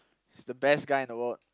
he's the best guy in the world